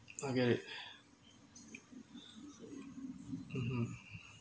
I get it (uh huh)